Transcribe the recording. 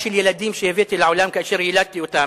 ילדים שהבאתי לעולם כאשר יילדתי אותם.